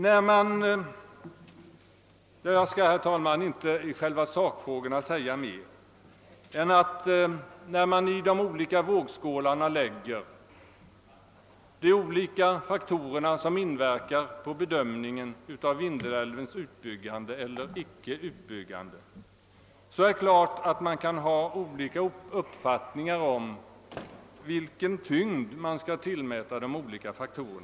Jag skall, herr talman, i själva sakfrågan inte säga mer än att när man i de båda vågskålarna lägger de olika faktorer som inverkar på bedömningen av Vindelälvens utbyggande eller icke utbyggande, är det klart att man kan ha olika uppfattningar om vilken tyngd man skall tillmäta olika faktorer.